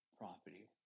property